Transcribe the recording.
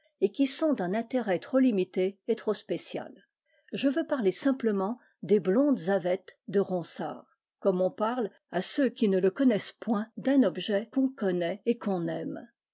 et qui sont d'un intérêt trop limité et trop spécial je veux parler simplement des blondes aveltes de ronsard comme on parle à ceux qui ne le connaissent point d'un objet qu'on connaît et qu'on aime